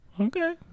Okay